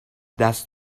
دست